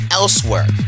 elsewhere